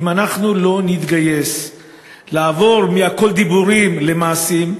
אם אנחנו לא נתגייס לעבור מ"הכול דיבורים" למעשים,